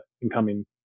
incoming